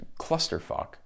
clusterfuck